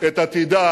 את עתידה